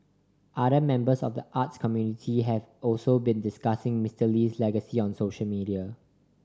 other members of the arts community have also been discussing Mister Lee's legacy on social media